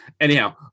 anyhow